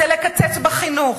זה לקצץ בחינוך,